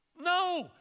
No